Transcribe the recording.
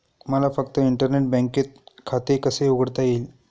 मला फक्त इंटरनेट बँकेत खाते कसे उघडता येईल?